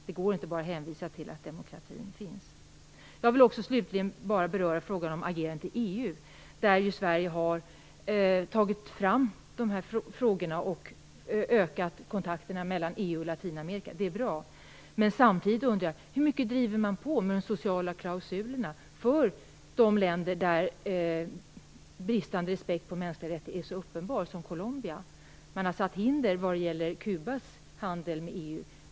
Det går inte att bara hänvisa till att demokratin finns. Slutligen vill jag beröra agerandet i EU. Sverige har lyft fram de här frågorna och ökat kontakterna mellan EU och Latinamerika. Det är bra. Men samtidigt undrar jag: Hur mycket driver man på när det gäller de sociala klausulerna i de länder där bristen på respekt för de mänskliga rättigheterna är så uppenbar som i Colombia? Det har satts upp hinder för Kubas handel med EU.